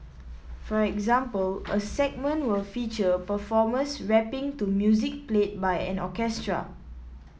for example a segment will feature performers rapping to music played by an orchestra